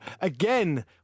Again